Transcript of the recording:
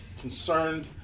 concerned